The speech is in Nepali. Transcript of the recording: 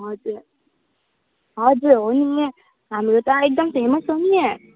हजुर हजुर हो नि हाम्रो त एकदम फेमस हो नि